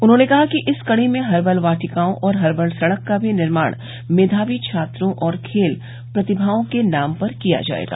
उन्होंने कहा कि इस कड़ी में हर्बल वाटिकाओं और हर्बल सड़क का भी निर्माण मेधावी छात्रों और खेल प्रतिभाओं के नाम पर किया जायेगा